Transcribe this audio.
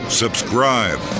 subscribe